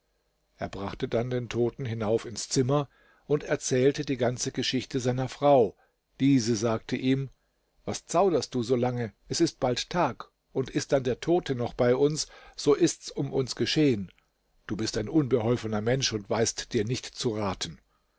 er brachte dann den toten hinauf ins zimmer und erzählte die ganze geschichte seiner frau diese sagte ihm was zauderst du so lange es ist bald tag und ist dann der tote noch bei uns so ist's um uns geschehen du bist ein unbeholfener mensch und weißt dir nicht zu raten